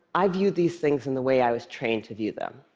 i viewed these things in the way i was trained to view them,